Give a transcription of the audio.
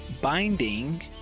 Binding